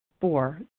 Four